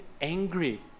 angry